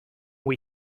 ont